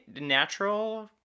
natural